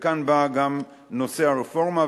וכאן בא גם נושא הרפורמה.